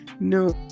No